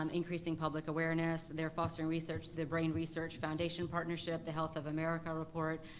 um increasing public awareness, they're fostering research, the brain research foundation partnership, the health of america report,